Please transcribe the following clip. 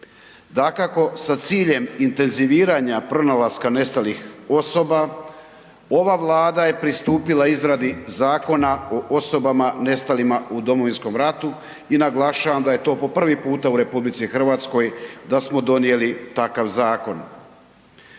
Dakako sa ciljem intenziviranja pronalaska nestalih osoba, ova Vlada je pristupila izradi Zakona o osobama nestalima u Domovinskom ratu i naglašavam da je to po prvi puta u RH da smo donijeli takav zakon.